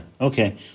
okay